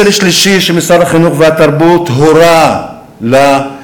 מסר שלישי שמשרד החינוך והתרבות הורה לאנשים